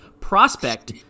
prospect